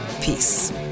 Peace